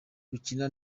gukina